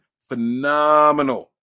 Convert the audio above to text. phenomenal